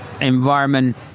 environment